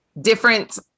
different